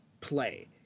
play